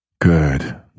Good